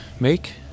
make